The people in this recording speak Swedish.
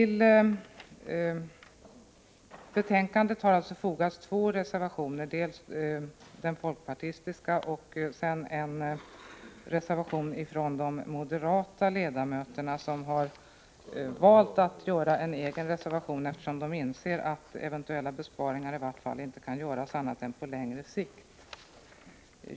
Till betänkandet har alltså fogats två reservationer, en folkpartistisk reservation och en reservation från de moderata ledamöterna, som har valt att lämna en egen reservation. De har insett att eventuella besparingar i varje fall inte kan göras annat än på längre sikt.